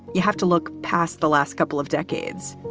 you have to look past the last couple of decades.